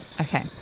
Okay